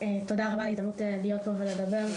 תודה רבה על ההזדמנות להיות פה ולדבר.